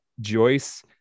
Joyce